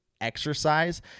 exercise